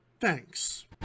Thanks